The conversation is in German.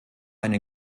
eine